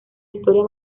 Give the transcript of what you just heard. historia